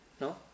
no